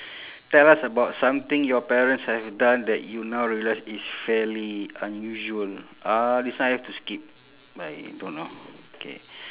tell us about something your parents have done that you now realise is fairly unusual uh this one I have to skip I don't know